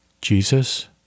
Jesus